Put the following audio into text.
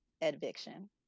eviction